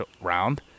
round